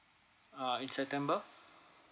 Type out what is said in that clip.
ah in september